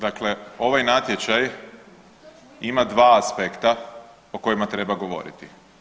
Dakle, ovaj natječaj ima dva aspekta o kojima treba govoriti.